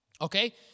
okay